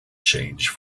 change